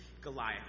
Goliath